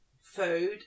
food